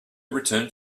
returned